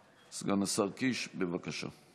סגן השר קיש, אני מוסיף